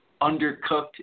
undercooked